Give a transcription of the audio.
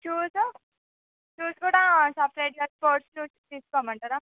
shoes shoes కూడా సెపరేట్గా sports shoes తెసుకోమంటారా